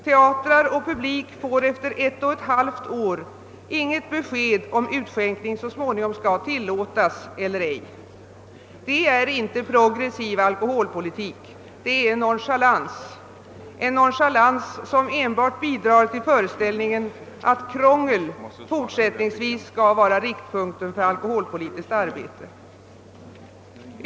Teatrar och publik får efter ett och ett halvt år inget besked huruvida utskänkning så småningom skall tillåtas eller ej. Detta är nte progressiv alkoholpolitik; det är nonchalans, en nonchalans som enbart bidrar till föreställningen att krångel fortsättningsvis skall vara riktpunkten för alkoholpolitiskt arbete.